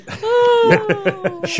Sure